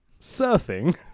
surfing